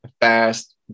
fast